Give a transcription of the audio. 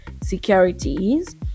securities